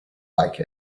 like